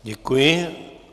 Děkuji.